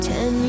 Ten